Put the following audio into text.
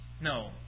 No